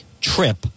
trip